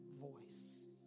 voice